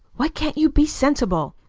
why can't you be sensible?